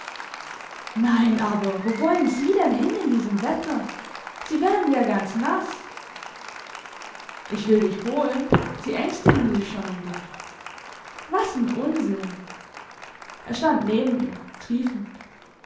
nein aber wo wollen sie denn hin in diesem wetter sie werden ja ganz nass ich will dich holen sie ängstigen sich schon um dich was n unsinn er stand neben ihr triefend